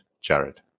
Jared